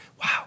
Wow